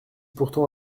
pourtant